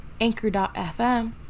anchor.fm